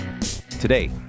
Today